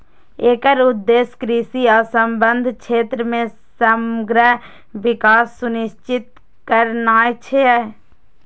एकर उद्देश्य कृषि आ संबद्ध क्षेत्र मे समग्र विकास सुनिश्चित करनाय छियै